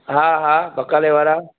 हा हा बकाले वारा